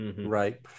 Right